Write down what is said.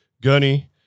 Gunny